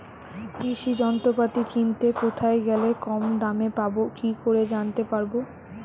কৃষি যন্ত্রপাতি কিনতে কোথায় গেলে কম দামে পাব কি করে জানতে পারব?